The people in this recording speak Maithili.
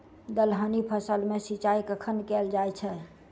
दलहनी फसल मे सिंचाई कखन कैल जाय छै?